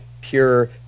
pure